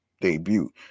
debut